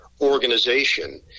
organization